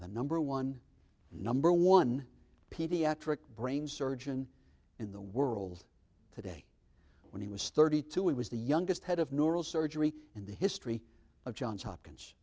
number one number one pediatric brain surgeon in the world today when he was thirty two he was the youngest head of neurosurgery in the history of johns hopkins